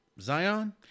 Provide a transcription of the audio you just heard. Zion